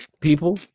People